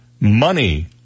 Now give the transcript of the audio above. money